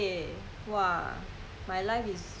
uh how to compare compare is no ending you know